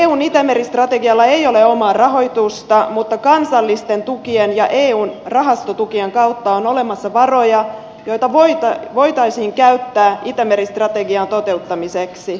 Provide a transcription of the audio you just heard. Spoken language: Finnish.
eun itämeri strategialla ei ole omaa rahoitusta mutta kansallisten tukien ja eun rahastotukien kautta on olemassa varoja joita voitaisiin käyttää itämeri strategian toteuttamiseksi